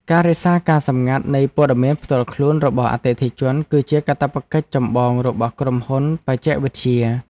ការរក្សាការសម្ងាត់នៃព័ត៌មានផ្ទាល់ខ្លួនរបស់អតិថិជន គឺជាកាតព្វកិច្ចចម្បងរបស់ក្រុមហ៊ុនបច្ចេកវិទ្យា។